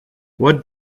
what